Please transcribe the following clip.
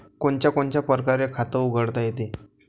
कोनच्या कोनच्या परकारं खात उघडता येते?